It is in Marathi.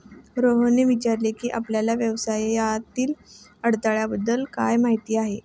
रोहितने विचारले की, आपल्याला व्यवसायातील अडथळ्यांबद्दल काय माहित आहे?